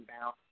now